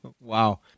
Wow